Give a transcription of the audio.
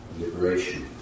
liberation